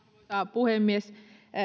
puhemies